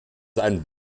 einen